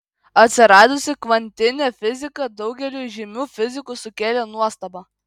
atsiradusi kvantinė fizika daugeliui žymių fizikų sukėlė nuostabą